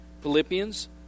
Philippians